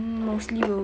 mostly will